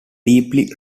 deeply